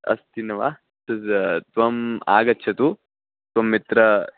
अस्ति न वा तद् त्वम् आगच्छतु त्वं मित्र